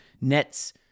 Nets